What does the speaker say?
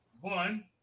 One